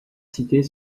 cités